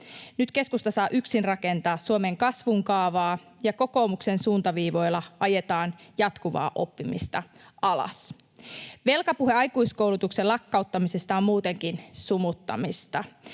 Nyt keskusta saa yksin rakentaa Suomen kasvun kaavaa, ja kokoomuksen suuntaviivoilla ajetaan jatkuvaa oppimista alas. Velkapuhe aikuiskoulutuksen lakkauttamisesta on muutenkin sumuttamista.